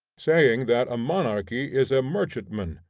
saying that a monarchy is a merchantman,